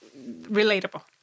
relatable